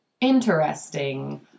Interesting